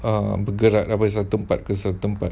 bergerak daripada satu tempat ke satu tempat